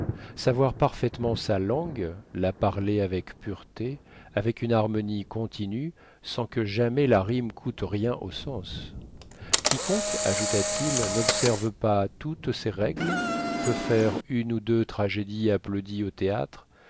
savoir parfaitement sa langue la parler avec pureté avec une harmonie continue sans que jamais la rime coûte rien au sens quiconque ajouta-t-il n'observe pas toutes ces règles peut faire une ou deux tragédies applaudies au théâtre